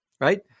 right